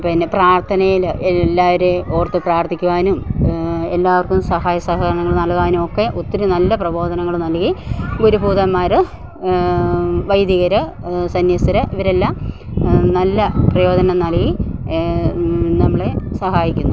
പിന്നെ പ്രാർത്ഥനയിൽ എല്ലാരെയും ഓർത്ത് പ്രാർത്ഥിക്കുവാനും എല്ലാവർക്കും സഹായസഹകരണങ്ങൾ നൽകാനും ഒക്കെ ഒത്തിരി നല്ല പ്രബോധനങ്ങൾ നൽകി ഗുരുഭൂതന്മാർ വൈദികർ സന്യസ്ഥർ ഇവരെല്ലാം നല്ല പ്രയോജനം നൽകി നമ്മളെ സഹായിക്കുന്നു